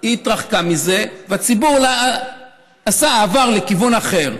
היא התרחקה מזה, והציבור עבר לכיוון אחר.